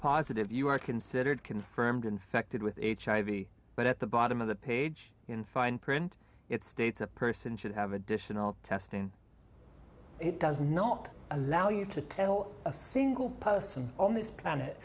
positive you are considered confirmed infected with hiv but at the bottom of the page in fine print it states a person should have additional testing it does not allow you to tell a single person on this planet